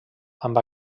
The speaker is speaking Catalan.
amb